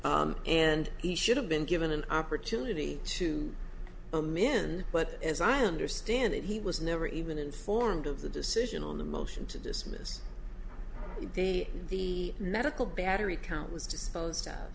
it and he should have been given an opportunity to amend but as i understand it he was never even informed of the decision on the motion to dismiss the medical battery count was disposed